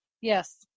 Yes